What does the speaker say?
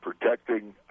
protecting